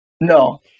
No